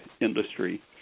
industry